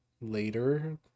later